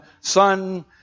Son